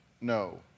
No